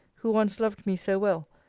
who once loved me so well,